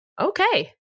Okay